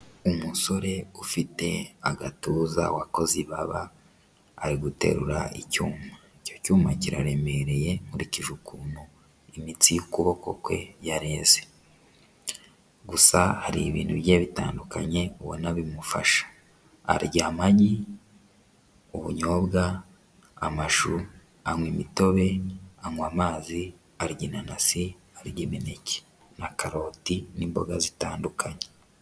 Umusore ufite agatuza wakoze ibaba, ari guterura icyuma. Icyo cyuma kiraremereye nkurikije ukuntu imitsi y'ukuboko kwe yareze gusa hari ibintu bigiye bitandukanye ubona bimufasha. Arya amagi, ubunyobwa, amashu, anywa imitobe, anywa amazi, arya inanasi, arya imineke na karoti, n'imboga zitandukanye.